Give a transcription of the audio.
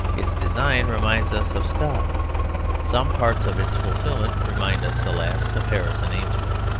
its design reminds us of scott some parts of its fulfilment remind us, alas! of harrison ainsworth.